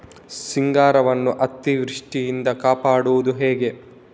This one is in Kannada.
ಸಿಂಗಾರವನ್ನು ಅತೀವೃಷ್ಟಿಯಿಂದ ಕಾಪಾಡುವುದು ಹೇಗೆ?